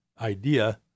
idea